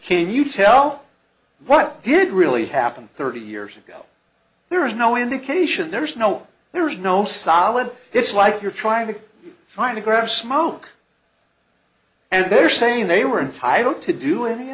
can you tell what did really happen thirty years ago there is no indication there is no there is no solid it's like you're trying to find a graph smoke and they're saying they were entitled to do